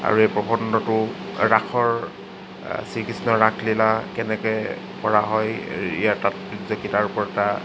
আৰু এই প্ৰবন্ধটো ৰাসৰ শ্ৰীকৃষ্ণৰ ৰাসলীলা কেনেকৈ কৰা হয় ইয়াৰ কেইটাৰ ওপৰত এটা